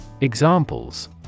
Examples